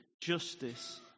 justice